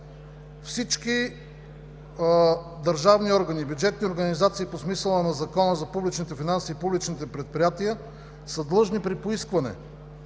Всички държавни органи и бюджетни организации по смисъла на Закона за публичните финанси и публичните предприятия са длъжни при поискване